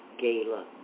Gala